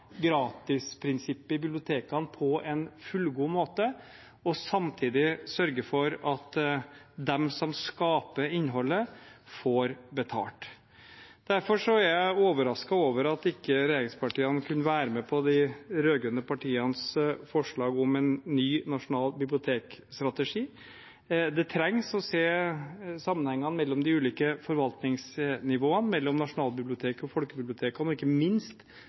gratisprinsippet i bibliotekene på en fullgod måte, og samtidig sørge for at de som skaper innholdet, får betalt. Derfor er jeg overrasket over at regjeringspartiene ikke kunne være med på de rød-grønne partienes forslag om en ny nasjonal bibliotekstrategi. Det trengs at man ser sammenhengene mellom de ulike forvaltningsnivåene, mellom Nasjonalbiblioteket og folkebibliotekene og ikke minst